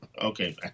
Okay